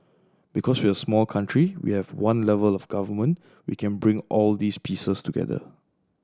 because we're a small country we have one level of Government we can bring all these pieces together